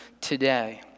today